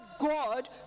God